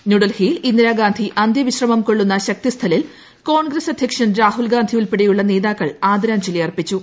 ന്യൂഡൽഹിയിൽ ഇന്ദിരാഗാന്ധി അന്ത്യവിശ്രമം കൊള്ളുന്ന ശക്തിസ്ഥലിൽ കോൺഗ്രസ് അധ്യക്ഷൻ രാഹുൽഗാന്ധി ഉൾപ്പടെയുള്ള നേതാക്കൾ ആദരാഞ്ജലി അർപ്പിച്ചു